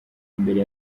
mbere